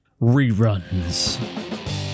reruns